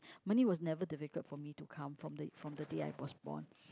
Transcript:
money was never difficult for me to count from the from the day I was born